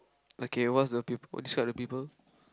okay what is the peop~ describe the people